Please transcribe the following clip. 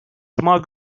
cuma